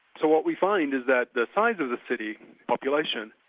so what we find is that the size of the city population,